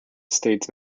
states